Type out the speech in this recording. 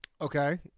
Okay